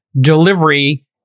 delivery